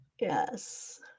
Yes